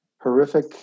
horrific